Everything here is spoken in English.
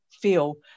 feel